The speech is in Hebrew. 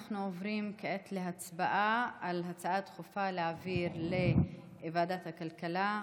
אנחנו עוברים כעת להצבעה על להעביר את ההצעה הדחופה לוועדת הכלכלה.